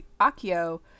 Akio